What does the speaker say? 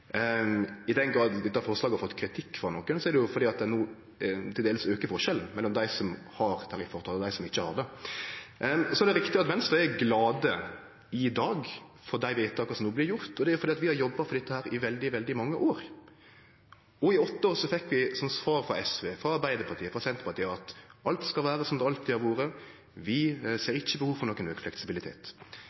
I den grad dette forslaget har fått kritikk frå nokon, er det fordi forskjellen no til dels aukar mellom dei som har tariffavtale, og dei som ikkje har det. Det er riktig at Venstre i dag er glade for dei vedtaka som no blir gjorde, og det er fordi vi har jobba for dette i veldig, veldig mange år. I åtte år fekk vi som svar frå SV, Arbeidarpartiet og Senterpartiet at alt skal vere som det alltid har vore, vi ser ikkje noko behov for nokon auka fleksibilitet.